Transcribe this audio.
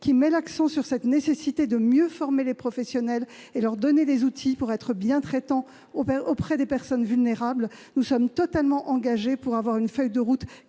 Piveteau souligne la nécessité de mieux former les professionnels et de leur donner des outils pour être bien-traitants auprès des plus vulnérables. Nous sommes totalement engagés pour travailler à une feuille de route